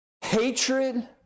hatred